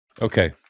Okay